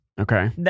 Okay